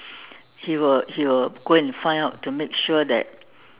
he will he will go and find out to make sure that